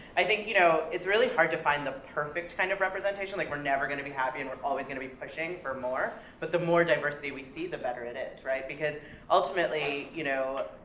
i think, you know, it's really hard to find the perfect kind of representation, like we're never gonna be happy, and we're always gonna be pushing for more, but the more diversity we see, the better it is, right? because ultimately, you know,